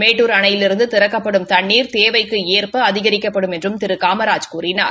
மேட்டூர் அணையிலிருந்து திறக்கப்படும் தண்ணீர் தேவைக்கு ஏற்க அதிகிக்கப்படும் என்றும் திரு காமராஜ் கூறினார்